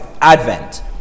Advent